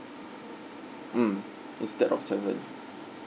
mm instead of seven